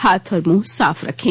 हाथ और मुंह साफ रखें